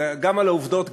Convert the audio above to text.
גם על העובדות,